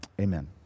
Amen